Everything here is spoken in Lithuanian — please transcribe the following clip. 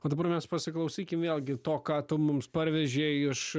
o dabar mes pasiklausykim vėlgi to ką tu mums parvežei iš